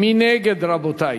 מי נגד, רבותי?